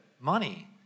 money